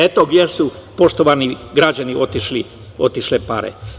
Eto gde su, poštovani građani, otišle pare.